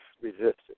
resisted